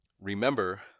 Remember